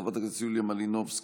חברת הכנסת יוליה מלינובסקי,